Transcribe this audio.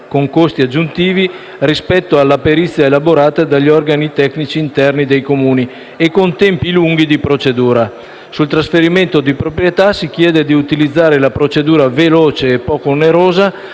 con costi aggiuntivi rispetto alla perizia elaborata dagli organi tecnici interni dei Comuni e con tempi lunghi di procedura. Per il trasferimento di proprietà si chiede di utilizzare la procedura veloce e poco onerosa,